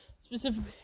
Specifically